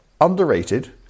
underrated